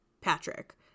Patrick